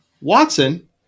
watson